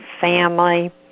family